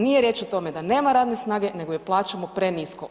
Nije riječ o tome da nema radne snage nego je plaćamo prenisko.